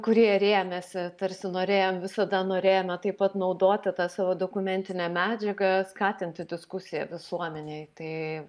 kurie rėmėsi tarsi norėjom visada norėjome taip pat naudoti tą savo dokumentinę medžiagą skatinti diskusiją visuomenėj tai